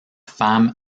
femme